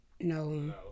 no